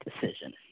decision